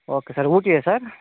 okay sir Ooty ఆ sir